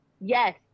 Yes